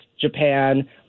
Japan